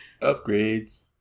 Upgrades